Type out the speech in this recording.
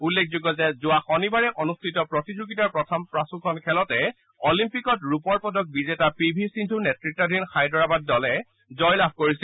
উল্লেখযোগ্য যে যোৱা শনিবাৰে অনুষ্ঠিত প্ৰতিযোগিতাৰ প্ৰথম পাঁচোখন খেলতে অলিম্পিকত ৰূপৰ পদক বিজেতা পি ভি সিন্ধু নেতৃত্বাধীন হায়দৰাবাদ দলে জয়লাভ কৰিছিল